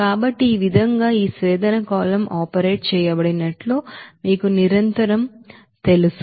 కాబట్టి ఈ విధంగా ఈ డిస్టిలేషన్ కాలమ్ ఆపరేట్ చేయబడినట్లు మీకు నిరంతరం తెలుసు అని మీకు తెలుసు